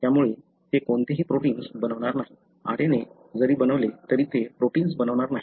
त्यामुळे ते कोणतेही प्रोटिन्स बनवणार नाही RNA जरी बनवले तरी ते प्रोटिन्स बनवणार नाही